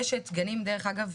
רשת גנים דרך אגב,